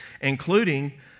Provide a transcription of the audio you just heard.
including